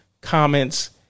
comments